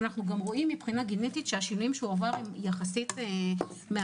אנחנו רואים שגם גנטית השינויים שהוא עבר הם יחסית מעטים,